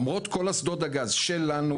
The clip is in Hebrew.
למרות כל אסדות הגז שלנו,